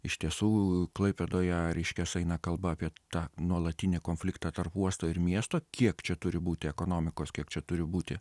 iš tiesų klaipėdoje reiškias eina kalba apie tą nuolatinį konfliktą tarp uosto ir miesto kiek čia turi būti ekonomikos kiek čia turi būti